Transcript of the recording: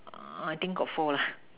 I think got four lah